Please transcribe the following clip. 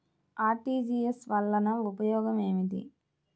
RTGS వలన ఉపయోగం ఏమిటీ?